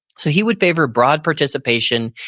so, he would favor broad participation,